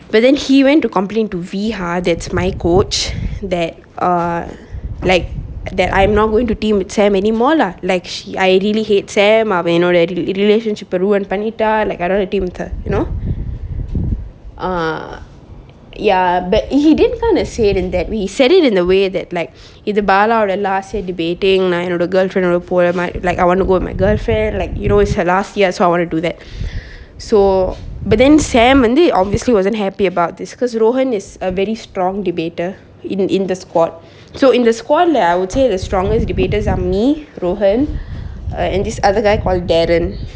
but then he went to complain to vihard that's my coach that err like that I'm not going to team with sam anymore lah like she I really hate sam அவ என்னோட:ava ennoda relationship ha ruin பண்ணிட்டா:pannitta like I don't like to team with her you know err ya but he didn't kind of say in that way he said it in a way that like இது:ithu bala வோட:voda last year debating என்னோட:ennoda girlfriend போற மாறி:pora mari I want to go with my girlfriend like you know it's her last year so I want to do that so but then sam வந்து:vanthu obviously wasn't very happy about it because rowen is a very strong debater in in the squad so in the squad like I will say the strongest debaters are like me rowen err and this other guy called darren